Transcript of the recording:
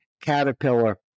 caterpillar